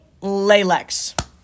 Lalex